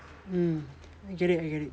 mm I get it I get it